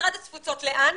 משרד התפוצות לאן,